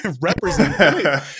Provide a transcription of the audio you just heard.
Represent